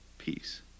peace